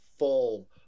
full